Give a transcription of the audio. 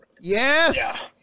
Yes